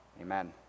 Amen